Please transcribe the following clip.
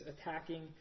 attacking